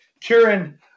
Kieran